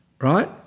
right